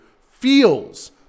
feels